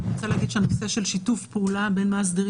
אני רוצה לומר שהנושא של שיתוף פעולה בין מאסדרים